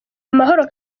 amahoro